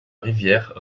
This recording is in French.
rivière